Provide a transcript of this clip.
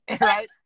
right